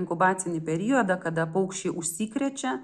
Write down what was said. inkubacinį periodą kada paukščiai užsikrečia